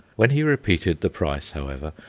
when he repeated the price, however,